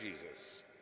Jesus